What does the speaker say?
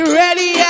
ready